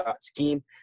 scheme